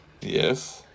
Yes